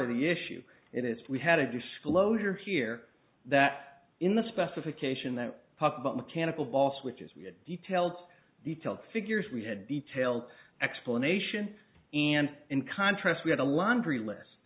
of the issue and it's we had a disclosure here that in the specification that talked about mechanical valse which is detailed detailed figures we had detailed explanation and in contrast we had a laundry list